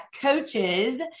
Coaches